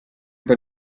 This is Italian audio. per